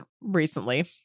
recently